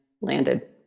landed